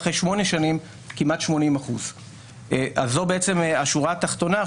ואחרי שמונה שנים כמעט 80%. זו בעצם השורה התחתונה.